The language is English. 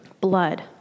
Blood